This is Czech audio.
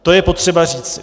To je potřeba říci.